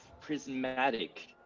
prismatic